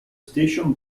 station